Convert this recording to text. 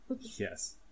yes